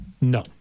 No